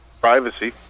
Privacy